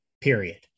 period